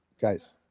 Guys